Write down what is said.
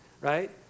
right